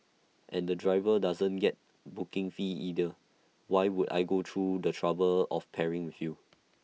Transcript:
and the driver doesn't get booking fee either why would I go through the trouble of pairing with you